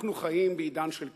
אנחנו חיים בעידן של כסף,